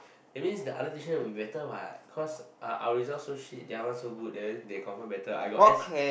that means the other tuition will be better what cause our our result so shit theirs one so good that mean they confirm better I got S